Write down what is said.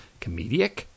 comedic